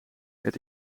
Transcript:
het